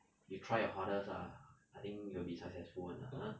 you try your hardest ah I think you'll be successful [one] lah !huh!